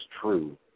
true